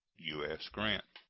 u s. grant.